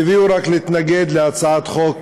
רק טבעי הוא להתנגד להצעת חוק